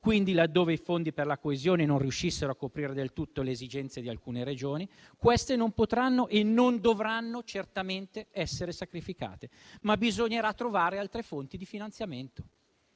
quindi, laddove i fondi per la coesione non riuscissero a coprire del tutto le esigenze di alcune Regioni, queste non potranno e non dovranno certamente essere sacrificate, ma bisognerà trovare altre fonti di finanziamento.